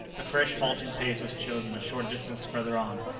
a fresh halting-place was chosen a short distance further on,